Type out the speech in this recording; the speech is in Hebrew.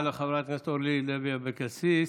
תודה לחברת הכנסת אורלי לוי אבקסיס.